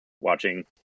watching